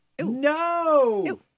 No